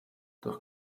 doch